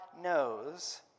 knows